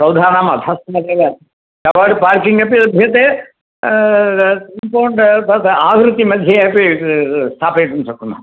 सौधानां अधस्तादेव double parking अपि लभ्यते कम्पौण्ड् तद् आवृत्ति मध्ये अपि स्थापयितुं शक्नुमः